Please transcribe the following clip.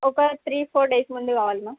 ఒక three four days ముందే కావాలి మ్యామ్